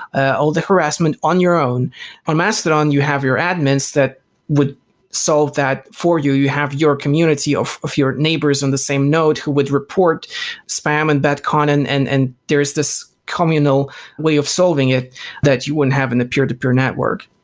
ah all the harassment on your own. on mastodon, you have your admins that would solve that for you. you have your community of of your neighbors on the same node who would report spam and bad content and and there is this communal way of solving it that you wouldn't have in the peer-to-peer network.